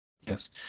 yes